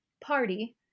party